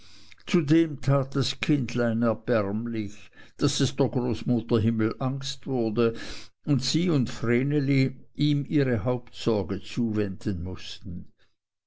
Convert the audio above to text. zudem tat das kindlein erbärmlich daß es der großmutter himmelangst wurde und sie und vreneli ihm ihre hauptsorge zuwenden mußten